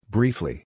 Briefly